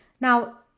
Now